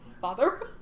father